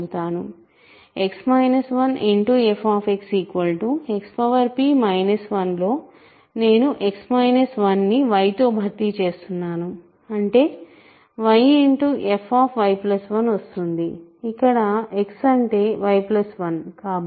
f Xp 1 లో నేను X 1 ని y తో భర్తీ చేస్తున్నాను అంటే yfy1 వస్తుంది ఇక్కడ X అంటే y1 కాబట్టి f